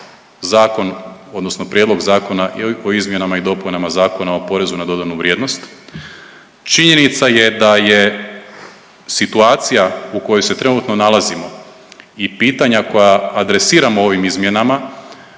zakon, odnosno Prijedlog zakona o izmjenama i dopunama Zakona o porezu na dodanu vrijednost. Činjenica je da je situacija u kojoj se trenutno nalazimo i pitanja koja adresiramo ovim izmjenama